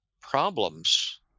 problems